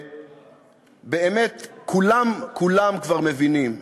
באמת כולם כולם כבר מבינים,